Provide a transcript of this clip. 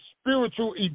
spiritual